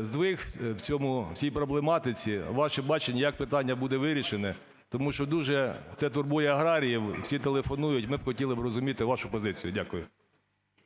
здвиг в цьому, в цій проблематиці. Ваше бачення, як питання буде вирішене, тому що дуже це турбує аграріїв, всі телефонують. Ми б хотіли б розуміти вашу позицію. Дякую.